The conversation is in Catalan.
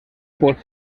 pot